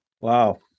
Wow